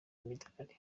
imidari